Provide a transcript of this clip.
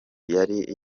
yari